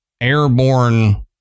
airborne